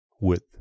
width